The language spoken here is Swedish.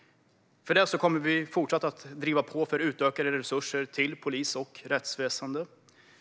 Därför kommer vi att fortsätta att driva på för utökade resurser till polis och rättsväsen.